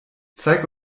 zeig